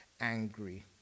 angry